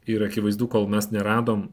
ir akivaizdu kol mes neradom